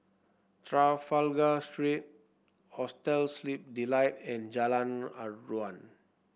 Trafalgar Street Hostel Sleep Delight and Jalan Aruan